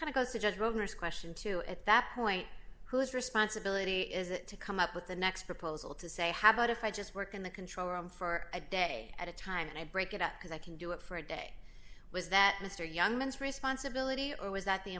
of goes to judge roberts question too at that point whose responsibility is it to come up with the next proposal to say habit if i just work in the control room for a day at a time and i break it up because i can do it for a day was that mr young man's responsibility or was that the